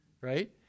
right